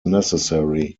necessary